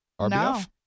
RBF